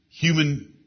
human